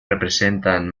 representan